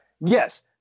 Yes